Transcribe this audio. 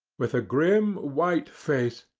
with a grim, white face,